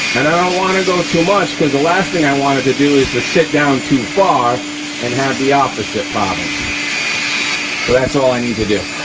and i don't wanna go too much because the last thing i wanted to do is to sit down too far and have the opposite so um and but that's all i need to do.